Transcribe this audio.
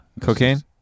cocaine